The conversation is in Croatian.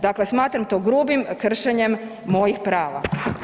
Dakle, smatram to grubim kršenjem mojih prava.